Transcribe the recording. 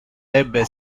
debe